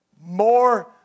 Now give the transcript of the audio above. more